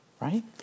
right